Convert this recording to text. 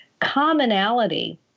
commonality